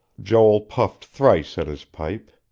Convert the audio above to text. joel puffed thrice at his pipe.